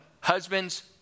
husband's